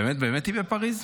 באמת באמת היא בפריז?